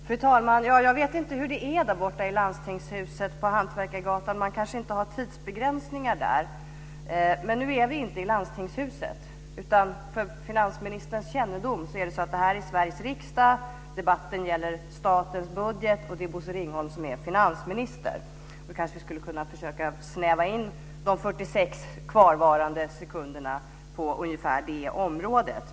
Fru talman! Jag vet inte hur det är borta i Landstingshuset på Hantverkargatan, men man kanske inte har tidsbegränsningar där. Men nu är vi inte i Landstingshuset, utan - för finansministerns kännedom - det här är Sveriges riksdag. Debatten gäller statens budget, och det är Bosse Ringholm som är finansminister. Han kanske skulle kunna försöka snäva in de 46 kvarvarande sekunderna på ungefär det området.